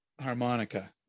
harmonica